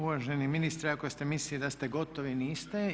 Uvaženi ministre, ako ste mislili da ste gotovi niste.